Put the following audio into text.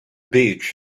beach